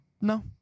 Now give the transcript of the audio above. No